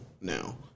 now